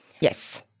Yes